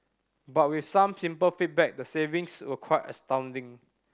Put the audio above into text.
but with some simple feedback the savings were quite astounding